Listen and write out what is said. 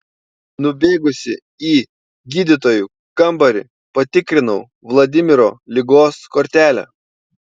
nubėgusi į gydytojų kambarį patikrinau vladimiro ligos kortelę